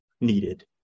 needed